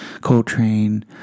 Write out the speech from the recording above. Coltrane